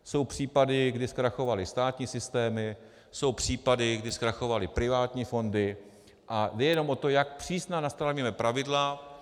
Jsou případy, kdy zkrachovaly státní systémy, jsou případy, kdy zkrachovaly privátní fondy, a jde jenom o to, jak přísná nastavíme pravidla.